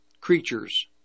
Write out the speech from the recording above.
creatures